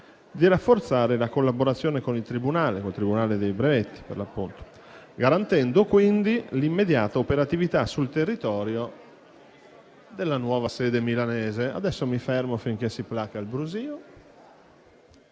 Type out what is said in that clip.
di rafforzare la collaborazione con il Tribunale dei brevetti, garantendo l'immediata operatività sul territorio della nuova sede milanese. *(Brusìo)*. Mi fermo finché si placa il brusio.